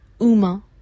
Uma